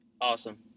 Awesome